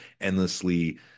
endlessly